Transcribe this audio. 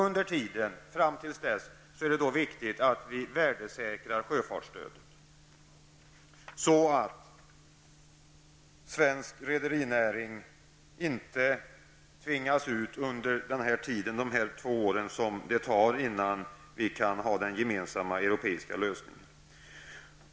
Under tiden är det viktigt att vi värdesäkrar sjöfartsstödet, så att svensk rederinäring inte får problem under de två år som kommer att förflyta, innan vi får den gemensamma europeiska lösningen.